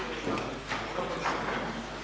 Hvala.